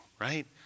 right